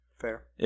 Fair